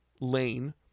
lane